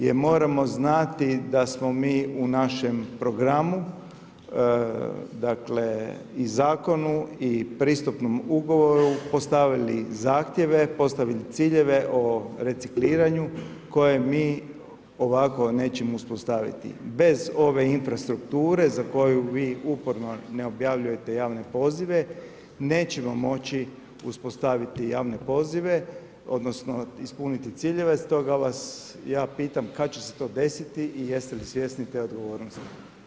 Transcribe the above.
Jer moramo znati da smo mi u našem programu, dakle i zakonu i pristupnom ugovoru postavili zahtjeve, postavili ciljeve o recikliranju koje mi ovako nećemo uspostaviti, bez ove infrastrukture za koju vi uporno ne objavljujete javne pozive nećemo moći uspostaviti javne pozive, odnosno ispuniti ciljeve, stoga vas ja pitam kad će se to desiti i jeste li svjesni te odgovornosti?